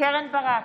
קרן ברק,